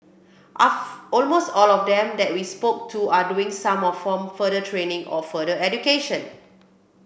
almost all of them that we spoke to are doing some of form further training or further education